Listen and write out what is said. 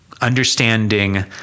understanding